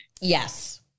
Yes